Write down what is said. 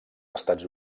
estats